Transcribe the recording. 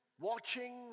watching